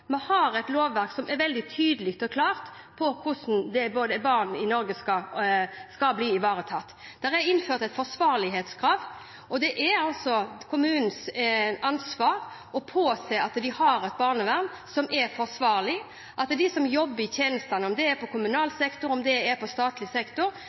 Vi har et lovverk som er veldig tydelig og klart når det gjelder hvordan barn i Norge skal bli ivaretatt. Det er innført et forsvarlighetskrav, og det er kommunenes ansvar å påse at de har et barnevern som er forsvarlig, og at de som jobber i tjenestene – om det er i kommunal sektor,